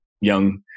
young